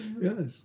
Yes